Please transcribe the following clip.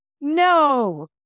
No